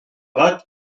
bat